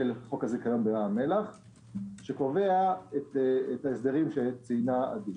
של חוק הזיכיון בים המלח שקובע את ההסדרים שציינה עדי.